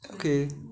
okay